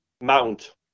mount